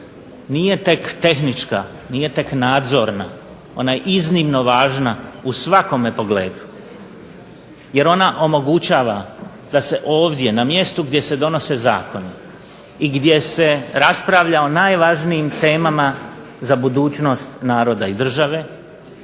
nije tek tehnička, nije tek nadzorna, ona je iznimno važna u svakome pogledu, jer ona omogućava da se ovdje, na mjestu gdje se donose zakoni i gdje se raspravlja o najvažnijim temama za budućnost naroda i države,